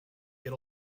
get